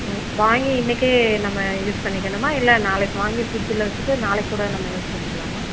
வாங்கி இன்றைக்கே நம்ம யூஸ் பண்ணிக்கணுமா இல்லை நாளைக்கு வாங்கி ஃப்ரிட்ஜ்ஜில் வச்சுட்டு நாளைக்குக்கூட நம்ம யூஸ் பண்ணிக்கலாமா